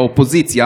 האופוזיציה,